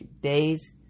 days